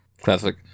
Classic